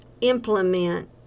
implement